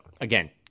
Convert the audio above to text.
again